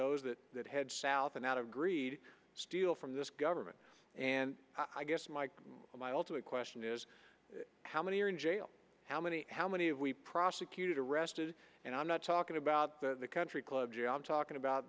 those that head south and out of greed steal from this government and i guess my ultimate question is how many are in jail how many how many if we prosecuted arrested and i'm not talking about the country club gian talking about